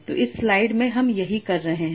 तो इस स्लाइड में हम यही कह रहे हैं